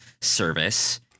Service